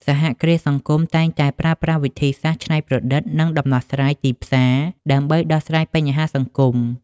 សហគ្រាសសង្គមតែងតែប្រើប្រាស់វិធីសាស្រ្តច្នៃប្រឌិត និងដំណោះស្រាយទីផ្សារ ដើម្បីដោះស្រាយបញ្ហាសង្គម។